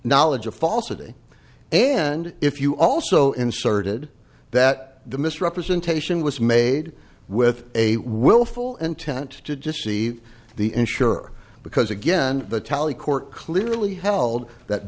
knowledge of falsity and if you also inserted that the misrepresentation was made with a willful intent to deceive the insurer because again the tally court clearly held that